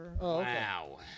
Wow